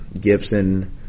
Gibson